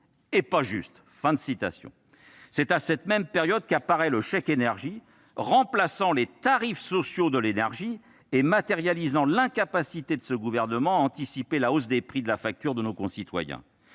pension. C'est à cette même période qu'apparaît le chèque énergie, remplaçant les tarifs sociaux de l'énergie et matérialisant l'incapacité du Gouvernement à anticiper la hausse de la facture pour nos concitoyens.